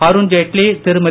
Arun Jaitley Thirumathi